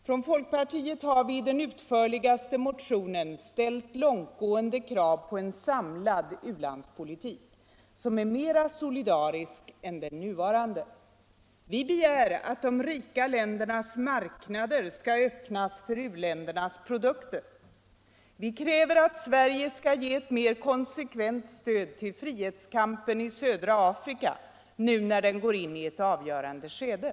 Från folkpartiet har vi i den utförligaste motionen ställt långtgående krav på en samlad u-landspolitik som är mera solidarisk än den nuvarande: O Vi begär att de rika ländernas marknader skall öppnas för u-ländernas produkter. O Vi kräver att Sverige skall ge ett mer konsekvent stöd till frihetskampen i södra Afrika nu när den går in i ett avgörande skede.